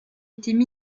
étaient